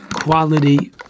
quality